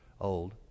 old